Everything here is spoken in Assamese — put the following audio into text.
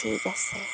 ঠিক আছে